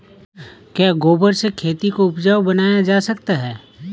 क्या गोबर से खेती को उपजाउ बनाया जा सकता है?